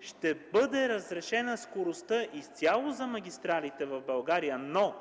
ще бъде разрешена скоростта изцяло за магистралите в България, но